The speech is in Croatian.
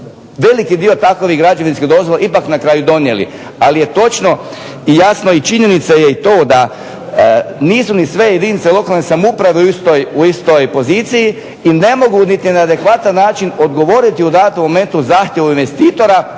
veliki dio takovih građevinskih dozvola ipak na kraju donijeli. Ali je točno i jasno i činjenica je to da nisu sve jedince lokalne samouprave u istoj poziciji i ne mogu niti na adekvatan način odgovoriti u datom momentu zahtjevu investitora